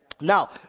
Now